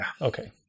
Okay